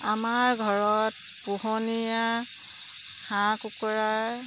আমাৰ ঘৰত পোহনীয়া হাঁহ কুকুৰাৰ